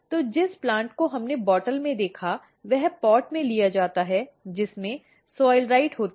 तो जिस प्लांट को हमने बोतल में देखा वह पॉट में लिया जाता है जिसमें सॉइलराइट होती है